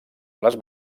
les